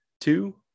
two